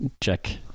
check